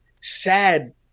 sad